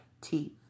teeth